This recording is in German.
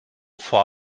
vor